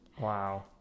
Wow